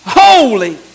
holy